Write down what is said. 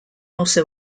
also